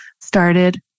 started